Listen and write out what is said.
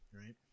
right